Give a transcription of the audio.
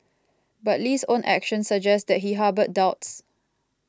but Lee's own actions suggest that he harboured doubts